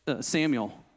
Samuel